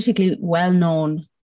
well-known